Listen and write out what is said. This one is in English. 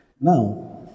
Now